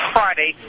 Friday